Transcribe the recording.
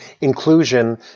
inclusion